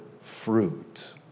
fruit